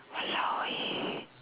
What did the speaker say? !walao! eh